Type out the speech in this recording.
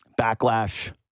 backlash